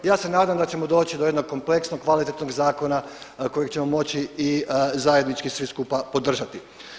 Ja se nadam da ćemo doći do jednog kompleksnog kvalitetnog zakona kojeg ćemo moći i zajednički svi skupa podržati.